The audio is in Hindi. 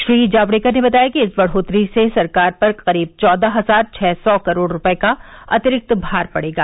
श्री जावड़ेकर ने बताया कि इस बढ़ोतरी से सरकार पर करीब चौदह हजार छह सौ करोड़ रुपये का अतिरिक्त भार पड़ेगा